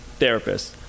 therapists